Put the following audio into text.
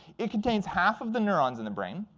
it contains half of the neurons in the brain.